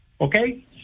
Okay